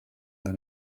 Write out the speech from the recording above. than